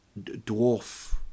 dwarf